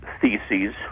theses